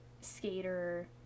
skater